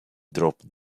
dropped